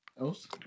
Else